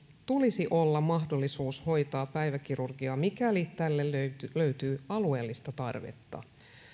tulisi olla mahdollisuus hoitaa päiväkirurgiaa mikäli tälle löytyy löytyy alueellista tarvetta